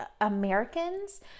Americans